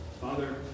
Father